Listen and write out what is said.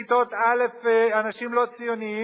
בכיתות א' אנשים לא ציונים,